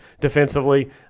defensively